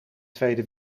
tweede